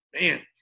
Man